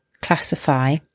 classify